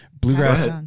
bluegrass